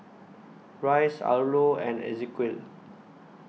Rice Arlo and Ezequiel